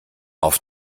auf